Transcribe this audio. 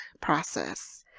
process